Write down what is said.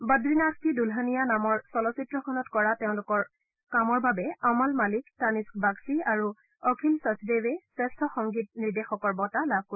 বদ্ৰিনাথ কী দুলহনীয়া নামৰ চলচ্চিত্ৰখনত কৰা তেওঁলোকৰ কামৰ বাবে অমল মালিক টানিস্ক বাগচি আৰু অখিল চচদেৱে শ্ৰেষ্ঠ সংগীত নিৰ্দেশকৰ বঁটা লাভ কৰে